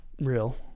real